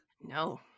No